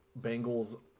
Bengals